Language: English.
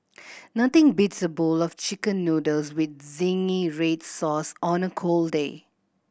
nothing beats a bowl of Chicken Noodles with zingy red sauce on a cold day